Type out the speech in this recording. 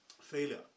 Failure